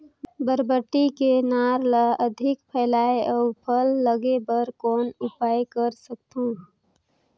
बरबट्टी के नार ल अधिक फैलाय अउ फल लागे बर कौन उपाय कर सकथव?